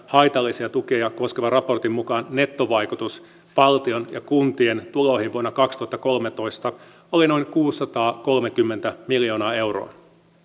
haitallisia tukia koskevan raportin mukaan nettovaikutus valtion ja kuntien tuloihin vuonna kaksituhattakolmetoista oli noin kuusisataakolmekymmentä miljoonaa euroa